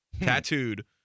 tattooed